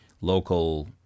local